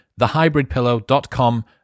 thehybridpillow.com